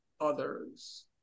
others